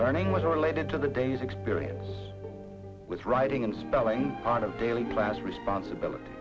learning was all related to the day's experience with writing and spelling part of daily class responsibility